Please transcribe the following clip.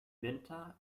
winter